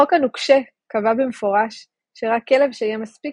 החוק הנוקשה קבע במפורש שרק כלב שיהיה מספיק